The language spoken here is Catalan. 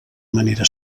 manera